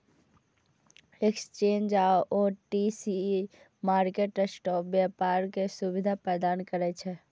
exchange आ OTC market spot व्यापार के सुविधा प्रदान करै छै